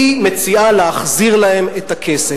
היא מציעה להחזיר להם את הכסף.